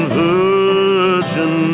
virgin